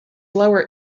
lower